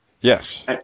Yes